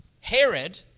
Herod